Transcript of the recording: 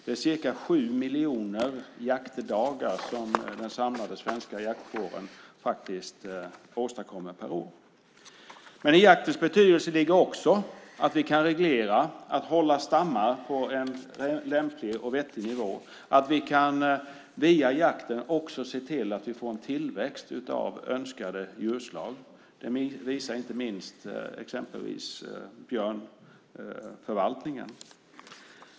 Det är ca 7 miljoner jaktdagar som den samlade svenska jaktkåren har per år. Jakten har betydelse också när det gäller att reglera och hålla stammarna på en lämplig och vettig nivå, att vi via jakten kan se till att vi får en tillväxt av önskade djurslag. Det visar inte minst björnförvaltningen.